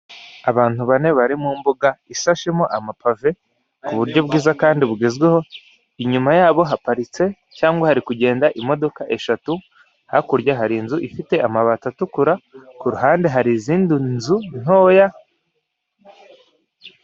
Abantu bane bari mumbuga isashemo amapave kuburyo bwiza kandi bugezweho inyuma yabo haparitse cyangwa hari kugenda imodoka eshatu hakurya harinzu ifite amabati atukura, kuruhande hari izindi nzu ntoya